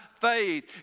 faith